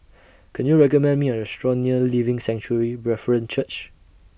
Can YOU recommend Me A Restaurant near Living Sanctuary Brethren Church